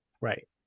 right